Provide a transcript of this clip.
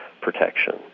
protection